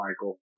Michael